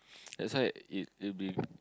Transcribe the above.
that's why it it will be